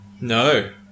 No